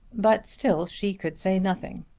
but still she could say nothing.